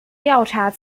调查